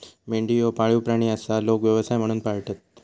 मेंढी ह्यो पाळीव प्राणी आसा, लोक व्यवसाय म्हणून पाळतत